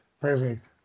Perfect